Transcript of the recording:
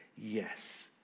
yes